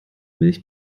milch